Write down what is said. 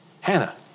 Hannah